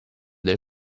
del